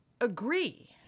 agree